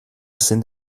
sind